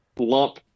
Lump